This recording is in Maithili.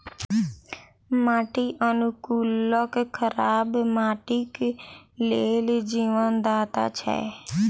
माटि अनुकूलक खराब माटिक लेल जीवनदाता छै